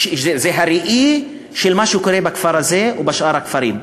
זה הראי של מה שקורה בכפר הזה ובשאר הכפרים,